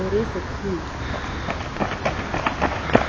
करे सकही